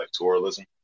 electoralism